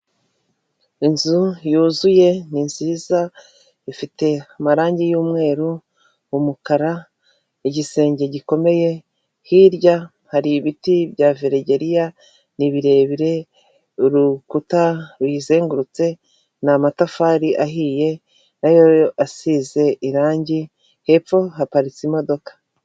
Inzu yuzuye, ni nziza ifite amarangi y'umweru umukara igisenge gikomeye hirya hari ibiti bya veregeriya, ni birebire urukuta ruyizengurutse ni amatafari ahiye nayo asize irangi, hepfo haparitse imodoka.